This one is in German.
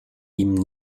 ihm